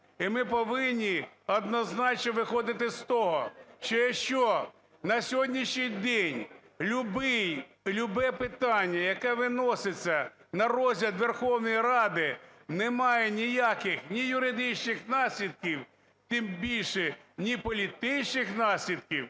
і ми повинні однозначно виходити з того, що якщо на сьогоднішній день любе питання, яке виноситься на розгляд Верховної Ради, немає ніяких ні юридичних наслідків, тим більше ні політичних наслідків,